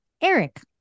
Eric